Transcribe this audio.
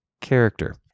character